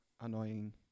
annoying